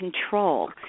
control